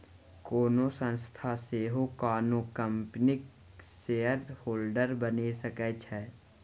कोनो संस्था सेहो कोनो कंपनीक शेयरहोल्डर बनि सकै छै